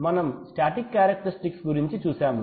మనం static characteristics గురించి చూసాము